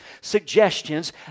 suggestions